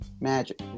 Magic